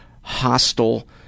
hostile